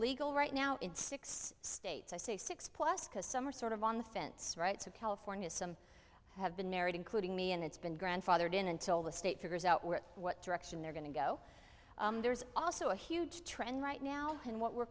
legal right now in six states i say six plus because some are sort of on the fence right to california some have been married including me and it's been grandfathered in until the state figures out what direction they're going to go there's also a huge trend right now in what we